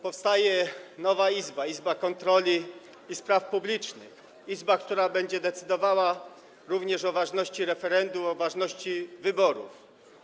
Powstaje nowa izba, izba kontroli i spraw publicznych, która będzie decydowała również o ważności referendum, o ważności wyborów.